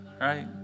right